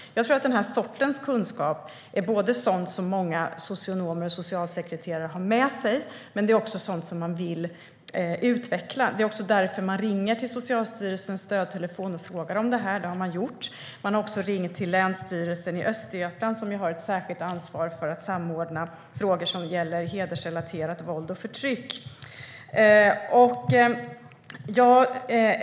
Jag tror att den här sortens kunskap är sådant som många socionomer och socialsekreterare har med sig, men det är också sådant som man vill utveckla. Det är därför man ringer till Socialstyrelsens stödtelefon och frågar om det här. Man har också ringt till Länsstyrelsen i Östergötland, som har ett särskilt ansvar för att samordna frågor som gäller hedersrelaterat våld och förtryck.